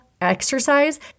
exercise